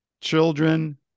children